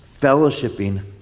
fellowshipping